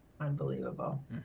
Unbelievable